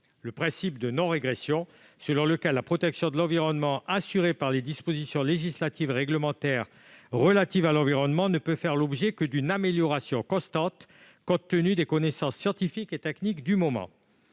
Le principe de non-régression, selon lequel la protection de l'environnement, assurée par les dispositions législatives et réglementaires relatives à l'environnement, ne peut faire l'objet que d'une amélioration constante, compte tenu des connaissances scientifiques et techniques du moment